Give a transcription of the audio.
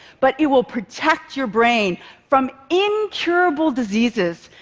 but it will protect your brain from incurable diseases.